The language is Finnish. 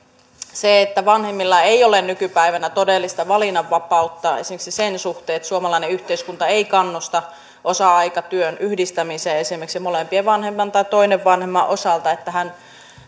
vanhemmilla ei ole nykypäivänä todellista valinnanvapautta esimerkiksi sen suhteen että suomalainen yhteiskunta esimerkiksi ei kannusta osa aikatyön yhdistämiseen molempien vanhempien tai toisen vanhemman osalta että hän